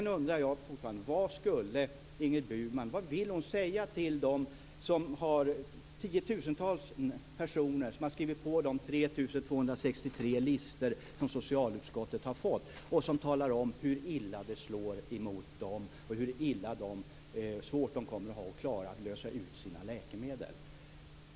Jag undrar fortfarande: Vad vill Ingrid Burman säga till de tiotusentals personer som har skrivit på de 3 263 listor som socialutskottet har fått, som talar om hur illa det slår mot dem och hur svårt de kommer att ha att lösa ut sina läkemedel?